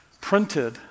printed